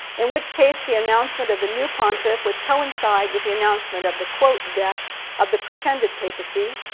in which case the announcement of the new pontiff would coincide with the announcement of the death of the pretended papacy,